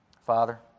Father